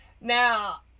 Now